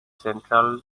central